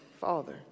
Father